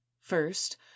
first